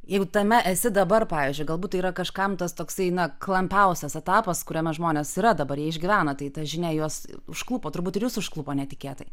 jeigu tame esi dabar pavyzdžiui galbūt tai yra kažkam tas toksai na klampiausias etapas kuriame žmonės yra dabar jie išgyvena tai ta žinia juos užklupo turbūt ir jus užklupo netikėtai